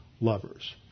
lovers